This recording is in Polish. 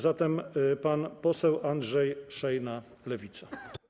Zatem pan poseł Andrzej Szejna, Lewica.